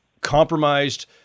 compromised